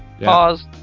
Pause